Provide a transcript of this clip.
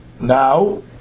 now